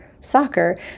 soccer